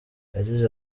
yagize